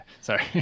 Sorry